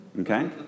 Okay